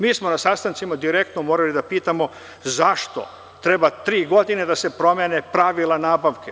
Mi smo na sastancima direktno morali da pitamo zašto treba tri godine da se promene pravila nabavke.